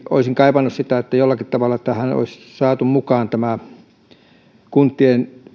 olisin kaivannut sitä että jollakin tavalla tähän olisi saatu mukaan jonkun kuntien